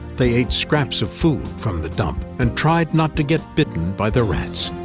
they ate scraps of food from the dump and tried not to get bitten by the rats.